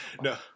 No